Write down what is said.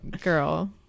girl